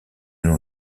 nos